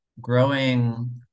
growing